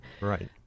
Right